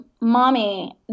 mommy